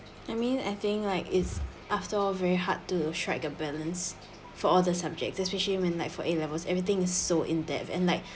I mean I think like is after all very hard to strike a balance for all the subjects especially when like for A levels everything is so in depth and like